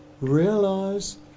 realize